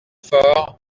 fort